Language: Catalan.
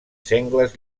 sengles